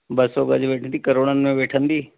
ॿ सौ गज़ करोड़नि में वेठंदी